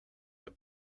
the